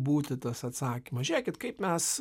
būti tas atsakymas žėkit kaip mes